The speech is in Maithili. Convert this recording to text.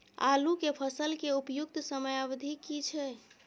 आलू के फसल के उपयुक्त समयावधि की छै?